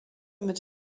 mit